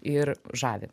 ir žavi